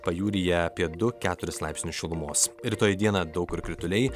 pajūryje apie du keturis laipsnius šilumos rytoj dieną daug kur krituliai